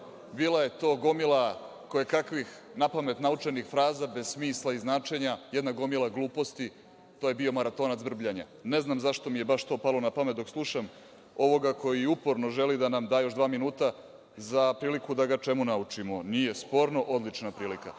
bila je to gomila kojekakvih napamet naučenih fraza bez smisla i značenja, jedna gomila gluposti, to je bio maratonac brbljanja. Ne znam zašto mi je baš to palo na pamet dok slušam ovoga koji uporno želi da nam da još dva minuta za priliku da ga čemu naučimo. Nije sporno, odlična je